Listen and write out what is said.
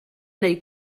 neu